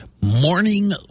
Morning